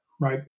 Right